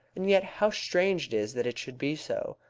and yet how strange it is that it should be so.